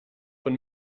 von